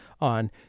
on